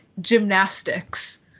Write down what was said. gymnastics